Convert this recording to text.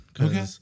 Okay